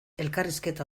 elkarrizketa